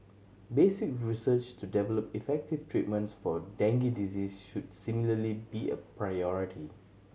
basic research to develop effective treatments for dengue disease should similarly be a priority